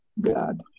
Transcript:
God